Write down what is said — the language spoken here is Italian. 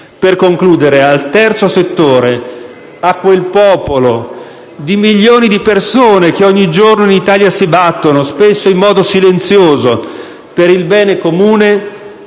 Per concludere, al terzo settore, a quel popolo di milioni di persone che ogni giorno in Italia si battono, spesso in modo silenzioso, per il bene comune